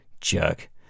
jerk